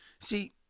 see